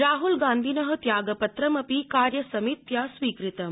राहलगांन्धिनः त्यागपत्रमपि कार्यसमित्या स्वीकृतम्